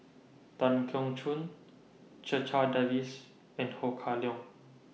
Tan Keong Choon Checha Davies and Ho Kah Leong